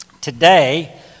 today